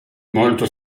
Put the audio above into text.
molto